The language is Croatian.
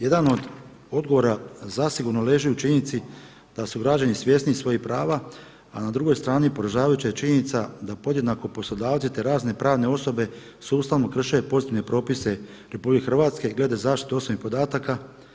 Jedan od odgovora zasigurno leži u činjenici da su građani svjesni svojih prava, a na drugoj strani poražavajuća je činjenica da podjednako poslodavci te razne pravne osobe sustavno krše pozitivne propise Republike Hrvatske glede zaštite osobnih podataka.